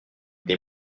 des